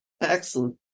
Excellent